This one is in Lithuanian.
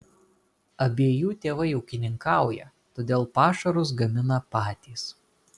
abiejų tėvai ūkininkauja todėl pašarus gamina patys